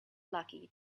lucky